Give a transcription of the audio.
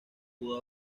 pudo